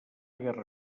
guerra